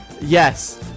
yes